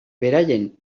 beraien